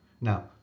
now